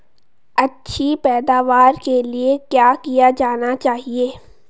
अच्छी पैदावार के लिए क्या किया जाना चाहिए?